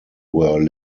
were